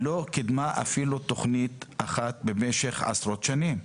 לא קידמה אפילו תוכנית אחת במשך עשרות שנים?